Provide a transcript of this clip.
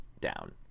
down